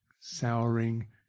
souring